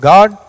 God